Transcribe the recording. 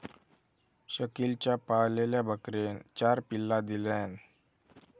शकिलच्या पाळलेल्या बकरेन चार पिल्ला दिल्यान